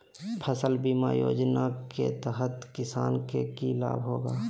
फसल बीमा योजना के तहत किसान के की लाभ होगा?